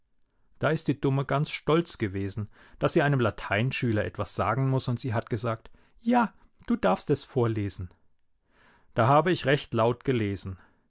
da ist die dumme gans stolz gewesen daß sie einem lateinschüler etwas sagen muß und sie hat gesagt ja du darfst es vorlesen da habe ich recht laut gelesen